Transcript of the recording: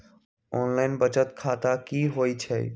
Online बचत खाता की होई छई?